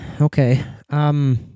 Okay